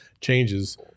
changes